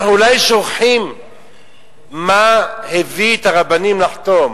אנחנו אולי שוכחים מה הביא את הרבנים לחתום.